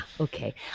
okay